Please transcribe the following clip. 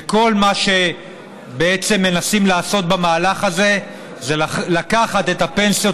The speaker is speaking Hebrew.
וכל מה שמנסים לעשות במהלך הזה זה לקחת את הפנסיות